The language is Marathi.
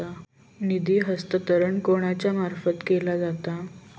निधी हस्तांतरण कोणाच्या मार्फत केला जाता?